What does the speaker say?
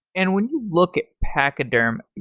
and when you look at pachyderm,